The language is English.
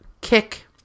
kick